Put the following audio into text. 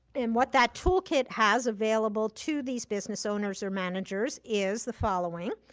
and what that toolkit has available to these business owners or managers is the following.